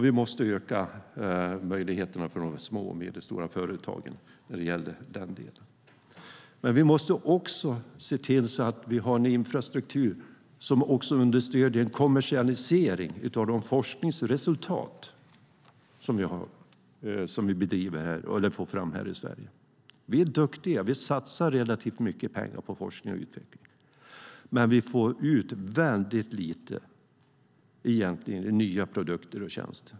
Vi måste öka möjligheterna för de små och medelstora företagen när det gäller den delen. Men vi måste också se till att vi har en infrastruktur som understöder kommersialisering av de forskningsresultat som vi får fram här i Sverige. Vi är duktiga. Vi satsar relativt mycket pengar på forskning och utveckling, men vi får egentligen ut väldigt lite i nya produkter och tjänster.